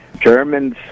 Germans